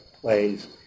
plays